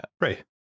right